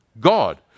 God